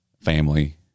family